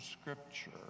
scripture